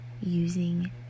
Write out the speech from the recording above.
using